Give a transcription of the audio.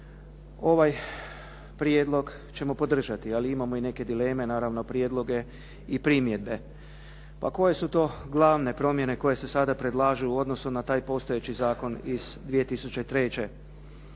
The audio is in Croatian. Ovaj prijedlog ćemo podržati, ali imamo i neke dileme, naravno prijedloge i primjedbe. Pa koje su to glavne promjene koje se sada predlažu u odnosu na taj postojeći zakon iz 2003. Po